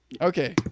Okay